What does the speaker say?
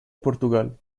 portugal